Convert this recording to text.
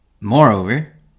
Moreover